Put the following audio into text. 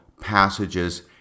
Passages